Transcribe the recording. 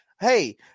hey